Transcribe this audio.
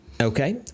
Okay